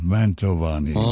Mantovani